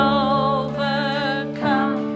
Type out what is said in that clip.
overcome